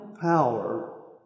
power